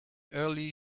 early